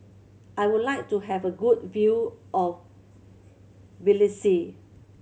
I would like to have a good view of Tbilisi